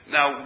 Now